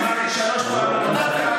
אמרתי שלוש פעמים,